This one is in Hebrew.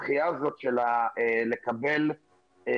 הדחייה הזאת של לקבל בספטמבר-אוקטובר